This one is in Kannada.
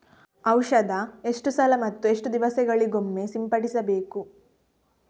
ಔಷಧ ಎಷ್ಟು ಸಲ ಮತ್ತು ಎಷ್ಟು ದಿವಸಗಳಿಗೊಮ್ಮೆ ಸಿಂಪಡಿಸಬೇಕು?